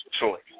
choice